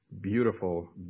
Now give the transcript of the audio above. beautiful